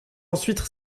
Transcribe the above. ensuite